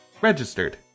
Registered